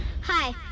Hi